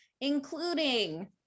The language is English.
including